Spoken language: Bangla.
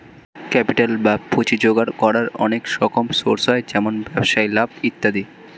ক্যাপিটাল বা পুঁজি জোগাড় করার অনেক রকম সোর্স হয়, যেমন ব্যবসায় লাভ ইত্যাদি